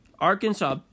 Arkansas